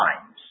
times